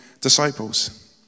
disciples